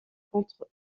contre